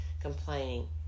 complaining